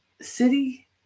city